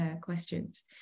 questions